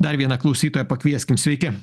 dar vieną klausytoją pakvieskime sveiki